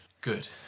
Good